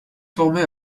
former